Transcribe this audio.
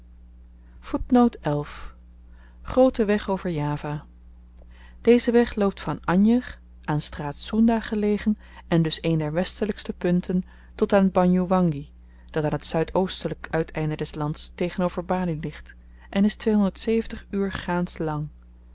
groote weg over java deze weg loopt van anjer aan straat soenda gelegen en dus een der westelykste punten tot aan banjoewangie dat aan t zuidoostelyk uiteinde des lands tegenover bali ligt en is twee uur gaans